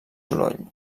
soroll